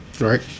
Right